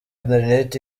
internet